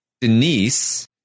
Denise